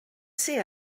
ser